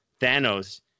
Thanos